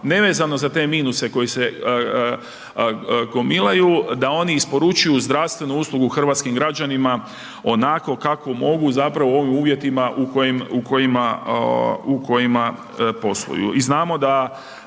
nevezano za te minuse koji se gomilaju da oni isporučuju zdravstvenu uslugu hrvatskim građanima onako kako mogu zapravo u ovim uvjetima u kojima posluju. I znamo da